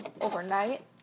overnight